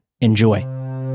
Enjoy